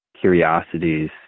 curiosities